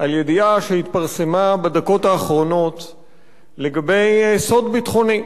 שהתפרסמה בדקות האחרונות ידיעה לגבי סוד ביטחוני.